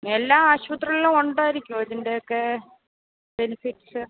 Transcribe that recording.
എല്ലാ ആശുപത്രികളിലും ഉണ്ടായിരിക്കുമോ ഇതിൻ്റെയൊക്കെ ബെനിഫിറ്റ്സ്